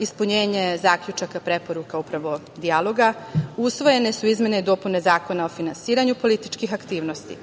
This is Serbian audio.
ispunjenje zaključaka preporuka dijaloga, usvojene su izmene i dopune Zakona o finansiranju političkih aktivnosti,